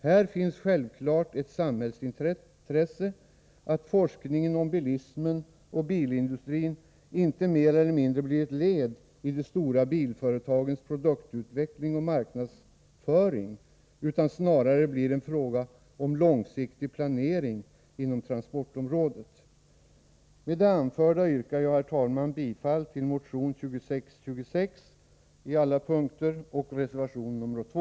Här finns självklart ett samhällsintresse av att forskningen om bilismen och bilindustrin inte mer eller mindre blir ett led i de stora bilföretagens produktutveckling och marknadsföring, utan snarare att den blir en fråga om långsiktig planering inom transportområdet. Med det anförda yrkar jag, herr talman, bifall till motion 2626 på alla punkter och till reservation nr 2.